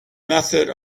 method